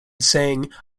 saying